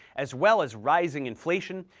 as well as rising inflation,